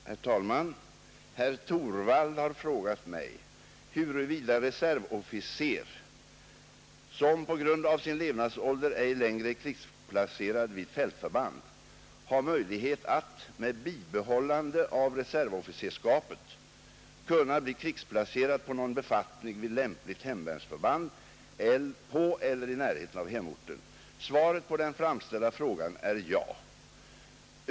Herr talman! Herr Torwald har frågat mig huruvida reservofficer har möjlighet att -- med bibehållande av reservofficersskapet — bli krigsplacerad på någon befattning vid lämpligt hemvärnsförband på eller i närheten av hemorten. Svaret på den framställda frågan är ja.